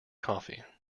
coffee